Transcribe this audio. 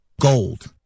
gold